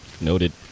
Noted